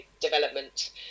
development